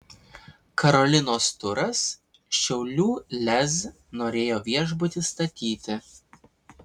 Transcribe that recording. karolinos turas šiaulių lez norėjo viešbutį statyti